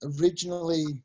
originally